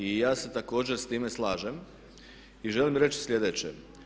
I ja se također s time slažem i želim reći sljedeće.